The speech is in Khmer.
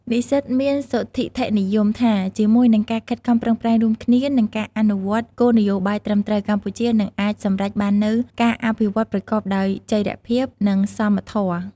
និស្សិតមានសុទិដ្ឋិនិយមថា ជាមួយនឹងការខិតខំប្រឹងប្រែងរួមគ្នា និងការអនុវត្តគោលនយោបាយត្រឹមត្រូវ កម្ពុជានឹងអាចសម្រេចបាននូវការអភិវឌ្ឍន៍ប្រកបដោយចីរភាព និងសមធម៌។